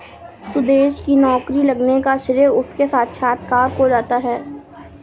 सुदेश की नौकरी लगने का श्रेय उसके साक्षात्कार को जाता है